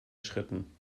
schritten